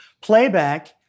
playback